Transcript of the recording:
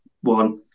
one